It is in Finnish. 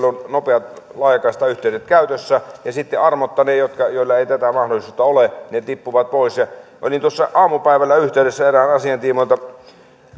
on nopeat laajakaistayhteydet käytössä ja sitten armotta ne joilla ei tätä mahdollisuutta ole tippuvat pois olin tuossa aamupäivällä yhteydessä erään asian tiimoilta